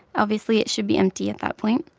obviously, it should be empty at that point.